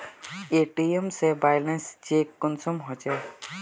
ATM से balance check कुंसम होचे?